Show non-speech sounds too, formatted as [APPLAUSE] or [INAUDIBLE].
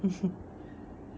[LAUGHS]